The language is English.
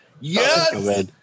Yes